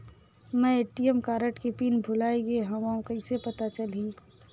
मैं ATM card के PIN भुलाए गे हववं कइसे पता चलही?